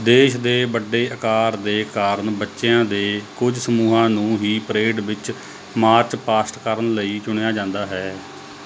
ਦੇਸ਼ ਦੇ ਵੱਡੇ ਆਕਾਰ ਦੇ ਕਾਰਨ ਬੱਚਿਆਂ ਦੇ ਕੁਝ ਸਮੂਹਾਂ ਨੂੰ ਹੀ ਪਰੇਡ ਵਿੱਚ ਮਾਰਚ ਪਾਸਟ ਕਰਨ ਲਈ ਚੁਣਿਆ ਜਾਂਦਾ ਹੈ